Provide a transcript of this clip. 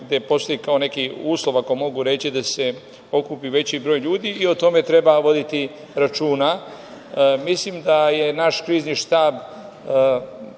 gde postoji kao neki uslov, ako mogu reći, da se okupi veći broj ljudi i o tome treba voditi računa. Mislim da naš krizni štab